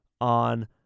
on